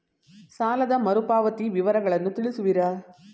ಸಾಲದ ಮರುಪಾವತಿ ವಿವರಗಳನ್ನು ತಿಳಿಸುವಿರಾ?